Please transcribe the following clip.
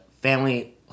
family